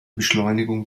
beschleunigung